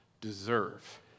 deserve